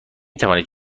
توانید